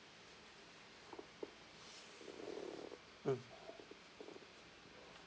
mm